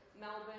Melbourne